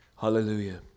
Hallelujah